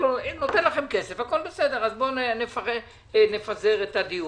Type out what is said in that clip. אם כן, הכול סבדר, אז נפזר את הדיון.